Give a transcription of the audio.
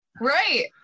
Right